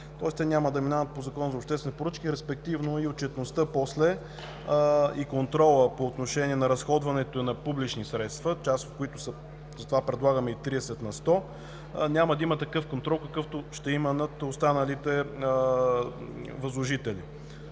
Тоест те няма да минават по Закона за обществените поръчки, респективно и отчетността и контрола след това по отношение на разходването на публични средства, част от които са. Затова предлагам и „30 на сто”. Няма да има такъв контрол, какъвто ще има над останалите служители.